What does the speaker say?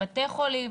האם דרך בתי החולים?